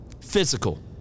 Physical